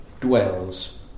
dwells